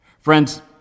Friends